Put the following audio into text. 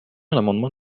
l’amendement